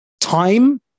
time